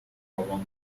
بابام